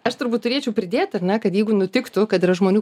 aš turbūt turėčiau pridėt ar ne kad jeigu nutiktų kad yra žmonių